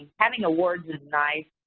having awards is nice,